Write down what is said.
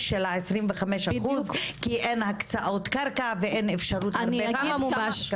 של ה 25 אחוז כי אין הקצאות קרקע ואין אפשרות לקבל.